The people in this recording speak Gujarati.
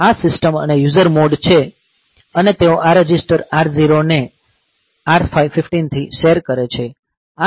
આ સિસ્ટમ અને યુઝર મોડ છે અને તેઓ આ રજીસ્ટર R 0 ને R 15 થી શેર કરે છે